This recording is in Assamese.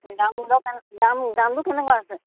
দাম দৰ কেনে দামবোৰ কেনেকুৱা আছে